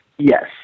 Yes